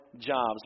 jobs